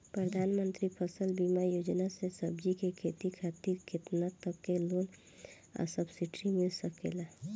प्रधानमंत्री फसल बीमा योजना से सब्जी के खेती खातिर केतना तक के लोन आ सब्सिडी मिल सकेला?